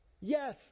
Yes